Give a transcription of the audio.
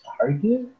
Target